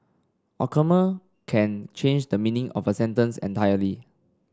a comma can change the meaning of a sentence entirely